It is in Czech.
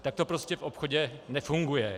Tak to prostě v obchodě nefunguje.